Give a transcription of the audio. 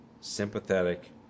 sympathetic